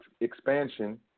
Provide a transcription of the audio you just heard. expansion